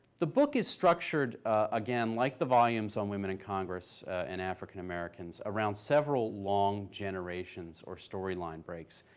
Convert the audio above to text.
the book is structured, again, like the volumes on women in congress, and african americans, around several long generations or storyline breaks.